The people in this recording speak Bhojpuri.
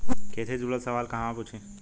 खेती से जुड़ल सवाल कहवा पूछी?